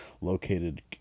located